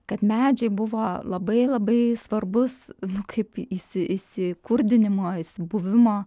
kad medžiai buvo labai labai svarbus nu kaip įsi įsikurdinimo įsibuvimo